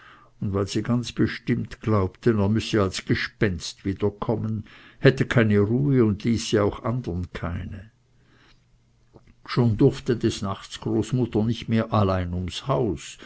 und weil sie ganz bestimmt glaubten er müsse als gespenst wiederkommen hätte keine ruhe und ließe auch andern keine schon durfte des nachts großmutter nicht mehr allein ums haus